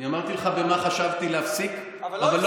אני אמרתי לך במה חשבתי להפסיק, אבל לא הפסקת.